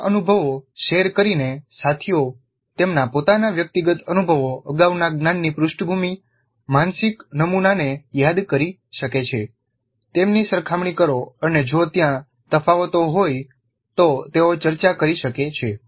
આ અનુભવો શેર કરીને સાથીઓ તેમના પોતાના વ્યક્તિગત અનુભવો અગાઉના જ્ઞાન ની પૃષ્ઠભૂમિ માનસિક નમુનાને યાદ કરી શકે છે તેમની સરખામણી કરો અને જો ત્યાં તફાવતો હોય તો તેઓ ચર્ચા કરી શકે છે